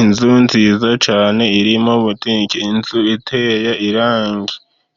Inzu nziza cyane, irimo butiki. Inzu iteye irangi